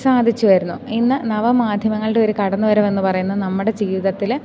സാധിച്ചു വരുന്നു ഇന്ന് നവമാധ്യമങ്ങളുടെ ഒരു കടന്നു വരവെന്നു പറയുന്നത് നമ്മുടെ ജീവിതത്തിൽ